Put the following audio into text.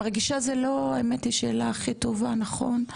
מרגישה זה לא האמת היא שאלה הכי טובה, נכון?